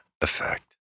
effect